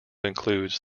includes